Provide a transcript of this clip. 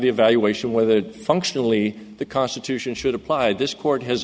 the evaluation whether functionally the constitution should apply this court has